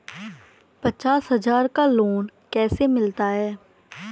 पचास हज़ार का लोन कैसे मिलता है?